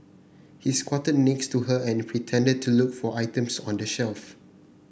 he squatted next to her and pretended to look for items on the shelf